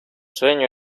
sueño